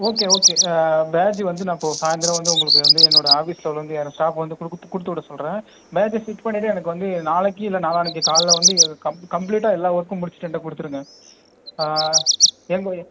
okay okay badge வந்து நான் இப்போ சாய்ந்திரம் வந்து உங்களுக்கு வந்து என்னோடய ஆஃபிஸ்ஸில் வந்து ஸ்டாஃப் வந்து கொடுக்க கொடுத்துவிட சொல்கிறேன் பேட்ச்சை ஃபிட் பண்ணிவிட்டு எனக்கு வந்து நாளைக்கு இல்லை நாளான்னைக்கு காலையில் வந்து கம் கம்ப்ளீட்டாக எல்லா ஒர்க்கும் முடிச்சுட்டு என்கிட்ட கொடுத்துருங்க